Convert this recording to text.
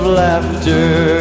laughter